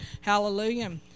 Hallelujah